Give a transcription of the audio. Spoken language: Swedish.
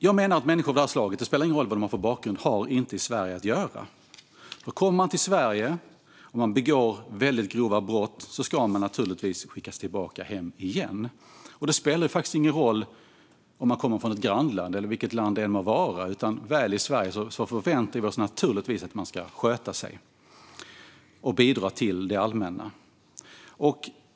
Jag menar att människor av det här slaget - det spelar ingen roll vad de har för bakgrund - inte har i Sverige att göra. Kommer man till Sverige och begår väldigt grova brott ska man naturligtvis skickas tillbaka hem igen. Det spelar ingen roll om man kommer från ett grannland eller något annat land. I Sverige förväntar vi oss att man sköter sig och bidrar till det allmänna.